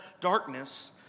darkness